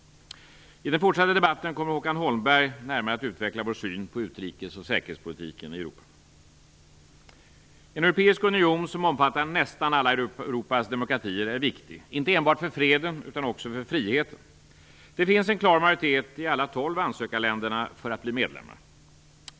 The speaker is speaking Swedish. I den fortsatta debatten kommer Håkan Holmberg att närmare utveckla vår syn på utrikes och säkerhetspolitiken i Europa. En europeisk union som omfattar nästan alla Europas demokratier är viktig inte enbart för freden utan också för friheten. Det finns en klar majoritet i alla tolv ansökarländerna för att bli medlemmar.